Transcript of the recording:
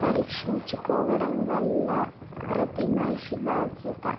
పరీక్షించుకోవడం వల్ల ప్రతి మనిషి బాధ్యత